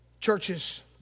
Churches